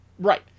Right